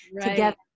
together